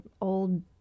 old